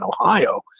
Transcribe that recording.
Ohio